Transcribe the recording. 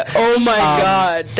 ah oh my god.